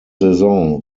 saison